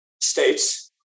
states